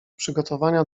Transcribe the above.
przygotowania